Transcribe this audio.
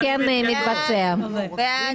מי